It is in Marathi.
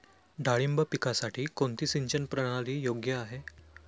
डाळिंब पिकासाठी कोणती सिंचन प्रणाली योग्य आहे?